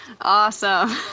awesome